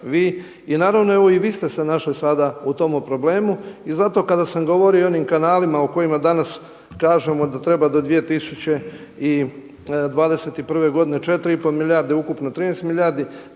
i naravno evo i vi ste se našli sada u tom problemu i zato kada sam govorio o onim kanalima o kojima danas kažemo da treba do 2021. godine 4,5 milijarde, ukupno 13 milijardi,